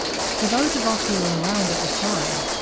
for those of us who were around at the time,